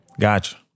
Gotcha